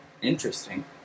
Interesting